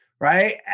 right